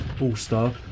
All-Star